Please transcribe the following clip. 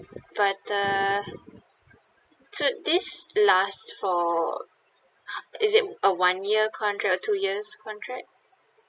but uh so this lasts for is it a one year contract or two years contract